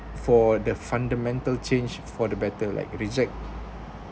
for the fundamental change for the better like reject